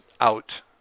out